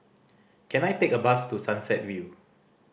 can I take a bus to Sunset View